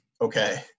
okay